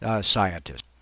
scientist